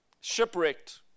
Shipwrecked